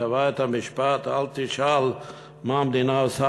טבע את המשפט: אל תשאל מה המדינה עושה